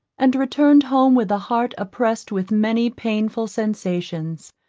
and returned home with a heart oppressed with many painful sensations,